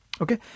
Okay